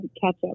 ketchup